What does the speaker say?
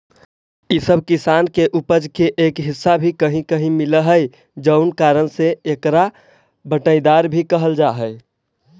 इ सब किसान के उपज के एक हिस्सा भी कहीं कहीं मिलऽ हइ जउन कारण से एकरा बँटाईदार भी कहल जा हइ